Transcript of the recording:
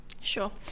Sure